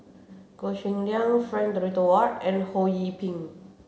Goh Cheng Liang Frank Dorrington Ward and Ho Yee Ping